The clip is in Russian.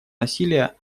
насилия